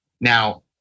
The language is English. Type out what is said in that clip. Now